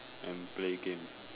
and play game